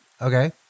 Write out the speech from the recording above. Okay